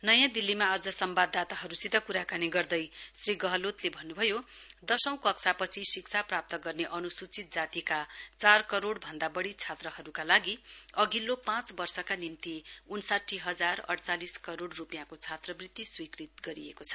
नयाँ दिल्लीमा आज सम्वाददाताहरुसित कुराकानी गर्दै श्री गहलोतले भन्नुभयो दशौं कक्षापछि शिक्षा प्राप्त गर्ने अनुसूचित जातिका चार करोड़ भन्दा वढ़ी छात्रहरुका लागि अघिल्लो पाँच वर्षका निम्ति उन्साठी हजार अइचालिस करोइ रुपियाँको छात्रवृत्ति स्वीकृत गरिएको छ